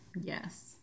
yes